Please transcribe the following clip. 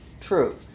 true